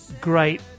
great